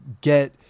get